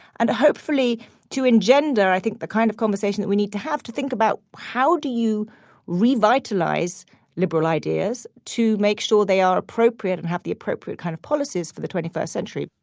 and hopefully to engender, i think, the kind of conversation that we need to have to think about how do you revitalize liberal ideas to make sure they are appropriate and have the appropriate kind of policies for the twenty first century?